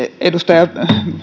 edustaja